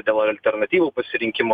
dėl alternatyvų pasirinkimo